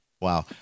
Wow